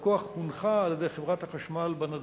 הלקוח הונחה על-ידי חברת החשמל בנדון.